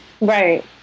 Right